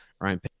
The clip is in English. Ryan